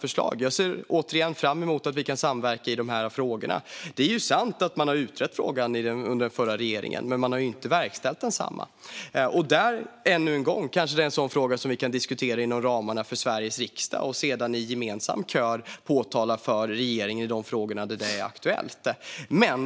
Jag ser fram emot att samverka i dessa frågor. Det är sant att den förra regeringen utredde frågan, men man verkställde inget. Men det här är kanske ännu en fråga som vi kan diskutera inom ramarna för Sveriges riksdag och sedan i gemensam kör påkalla regeringens uppmärksamhet i de frågor där det är aktuellt.